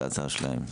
זאת ההצעה שלהם.